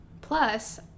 Plus